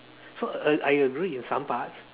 so uh I agree in some parts